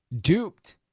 duped